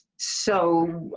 so.